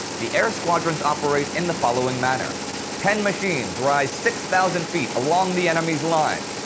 the air squadrons operate in the following manner ten machines rise six thousand feet along the enemy's line,